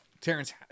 Terrence